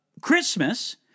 Christmas